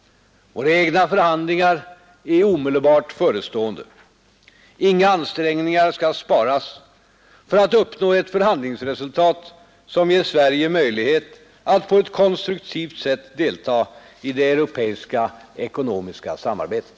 Våra egna förhandlingar är omedelbart förestående. Inga ansträngningar skall sparas för att uppnå ett förhandlingsresultat som ger Sverige möjlighet att på ett konstruktivt sätt delta i det europeiska ekonomiska samarbetet.